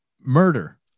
murder